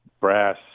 brass